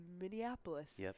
Minneapolis